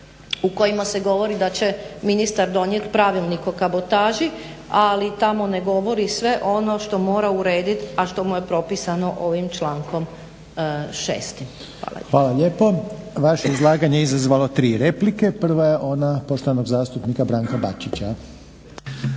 u kojima se govori da će ministar donijeti pravilnik o kabotaži ali tamo ne govori sve ono što mora urediti a što mu je propisano ovim člankom 6. Hvala lijepa. **Reiner, Željko (HDZ)** Hvala lijepo. Vaše je izlaganje je izazvalo tri replike. Prva je ona poštovanog zastupnika Branka Bačića.